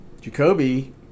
Jacoby